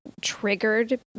triggered